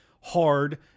hard